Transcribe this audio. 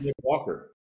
Walker